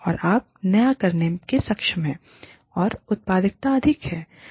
और आप नया करने में सक्षम हैं और उत्पादकता अधिक है